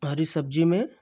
हरी सब्ज़ी में